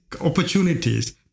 opportunities